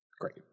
Great